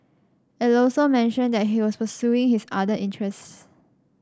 it also mentioned that he was pursuing his other interests